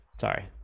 Sorry